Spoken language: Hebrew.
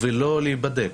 ולא להיבדק?